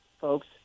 folks